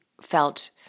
felt